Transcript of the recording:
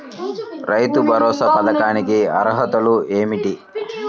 రైతు భరోసా పథకానికి అర్హతలు ఏమిటీ?